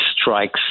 strikes